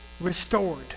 restored